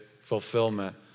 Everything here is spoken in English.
fulfillment